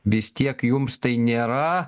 vis tiek jums tai nėra